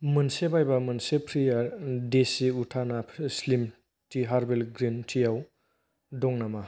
मोनसे बायबा मोनसे फ्रि'आ देसि उथाना slim tea herbal green tea आव दं नामा